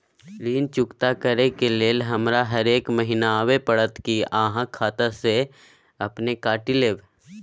ऋण चुकता करै के लेल हमरा हरेक महीने आबै परतै कि आहाँ खाता स अपने काटि लेबै?